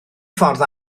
ffordd